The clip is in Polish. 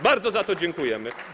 Bardzo za to dziękujemy.